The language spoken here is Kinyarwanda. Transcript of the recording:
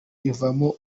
ivamo